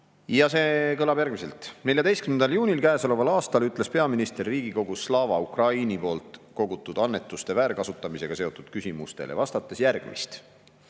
See kõlab järgmiselt. 14. juunil käesoleval aastal ütles peaminister Riigikogus Slava Ukraini kogutud annetuste väärkasutamisega seotud küsimustele vastates järgmist: